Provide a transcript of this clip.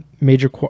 major